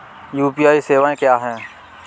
UPI सवायें क्या हैं?